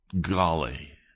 golly